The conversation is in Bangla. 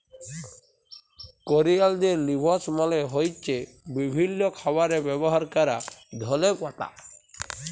করিয়ালদের লিভস মালে হ্য়চ্ছে বিভিল্য খাবারে ব্যবহার ক্যরা ধলে পাতা